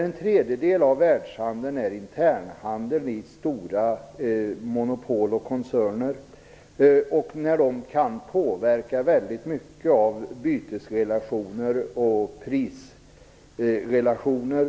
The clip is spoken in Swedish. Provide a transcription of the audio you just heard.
En tredjedel av världshandeln är internhandel i stora monopol och koncerner, och dessa kan påverka väldigt mycket av bytesrelationer och prisrelationer.